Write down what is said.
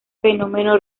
fenómeno